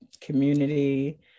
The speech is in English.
community